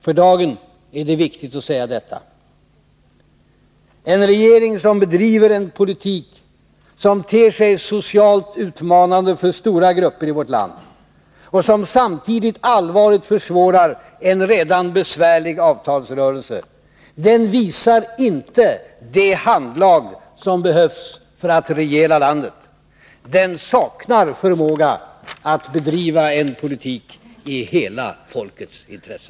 För dagen är det viktigt att säga detta: En regering som bedriver en politik som ter sig socialt utmanande för stora grupper i vårt land och som samtidigt allvarligt försvårar en redan besvärlig avtalsrörelse, den visar inte det handlag som behövs för att regera landet. Den saknar förmåga att bedriva en politik i hela folkets intresse.